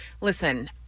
Listen